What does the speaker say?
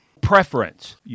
preference